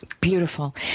Beautiful